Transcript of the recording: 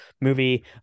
movie